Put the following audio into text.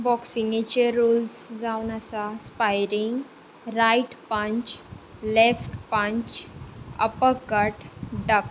बॉक्सिंगेचे rules जावन आसा sparring right punch left punch uppercut duck